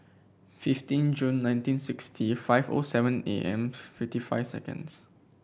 fifteen June nineteen sixty five O seven A M fifty five seconds